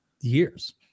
years